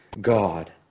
God